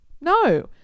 No